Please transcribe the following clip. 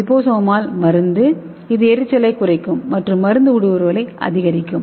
liposomal மருந்து இது எரிச்சலைக் குறைக்கும் மற்றும் மருந்து ஊடுருவலை அதிகரிக்கும்